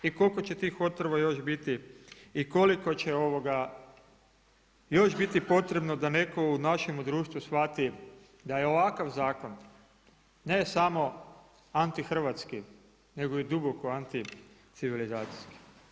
I koliko će tih otrova još biti i koliko će ova još biti potrebno da netko u našem društvu shvati da je ovakav zakon ne samo antihrvatski, nego i duboko anticivilizacijski.